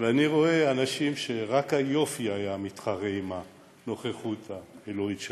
אני רואה אנשים שרק היופי היה מתחרה בנוכחות האלוהית שלהם.